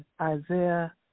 Isaiah